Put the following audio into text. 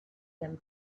them